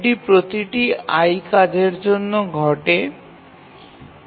এটি প্রতিটি i কাজের জন্য ঘটে থাকে